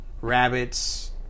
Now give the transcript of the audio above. Rabbits